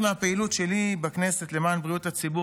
בהגשת הצעת החוק: